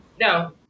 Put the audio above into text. no